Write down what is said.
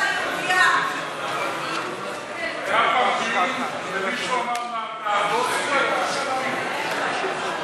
בפעם הבאה אני אבקש ממך אישור שאני יהודייה.